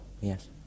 Yes